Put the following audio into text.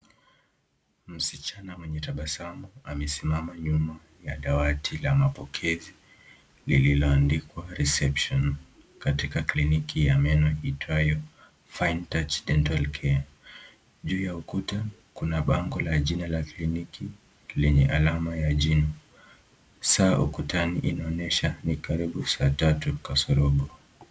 Msichana mwenye tabasamu amesimama nyuma ya dawati la mapokezi liliyoandikwa reception katika kliniki ya meno iitwayo Fine Touch Dental Care. Juu ya ukuta kuna bango la jina la kliniki lenye alama ya jino. Saa ukutani inaonyesha ni karibu saa tatu kasorobo.